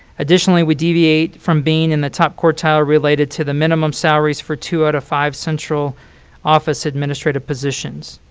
additionally, we deviate from being in the top quartile related to the minimum salaries for two out of five central office administrative positions.